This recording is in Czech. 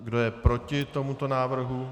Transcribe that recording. Kdo je proti tomuto návrhu?